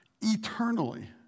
eternally